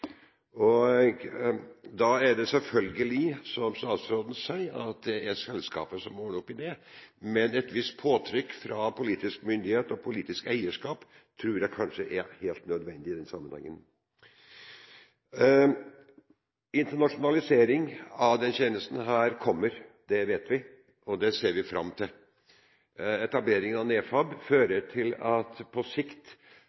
Da er det selvfølgelig, som statsråden sier, selskapet som må ordne opp i det, men et visst påtrykk fra politisk myndighet og politisk eierskap tror jeg kanskje er helt nødvendig i denne sammenhengen. Internasjonalisering av denne tjenesten kommer – det vet vi, og det ser vi fram til. Etableringen av NEFAB